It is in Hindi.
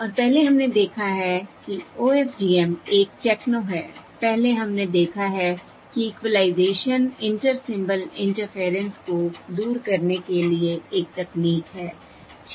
और पहले हमने देखा है कि OFDM एक टेक्नो है पहले हमने देखा है कि इक्विलाइज़ेशन इंटर सिंबल इंटरफेयरेंस को दूर करने के लिए एक तकनीक है ठीक है